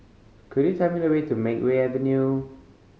could you tell me the way to Makeway Avenue